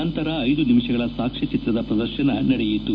ನಂತರ ಐದು ನಿಮಿಷಗಳ ಸಾಕ್ಷ್ಯ ಚಿತ್ರದ ಪ್ರದರ್ಶನ ನಡೆಯಿತು